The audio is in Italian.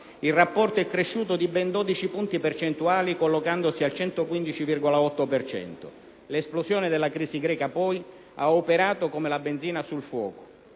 il rapporto è cresciuto di ben 12 punti percentuali, collocandosi al 115,8 per cento. L'esplosione della crisi greca, poi, ha operato come la benzina sul fuoco.